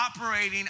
operating